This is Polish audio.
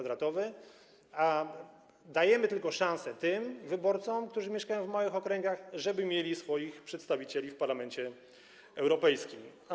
Dajemy tylko szansę tym wyborcom, którzy mieszkają w małych okręgach, żeby mieli swoich przedstawicieli w Parlamencie Europejskim.